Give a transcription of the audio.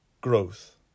growth